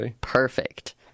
perfect